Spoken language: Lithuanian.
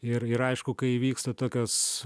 ir ir aišku kai įvyksta tokios